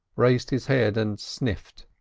raised his head and sniffed.